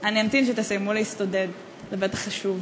אני אמתין שתסיימו להסתודד, זה בטח חשוב.